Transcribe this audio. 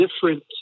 different